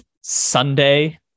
Sunday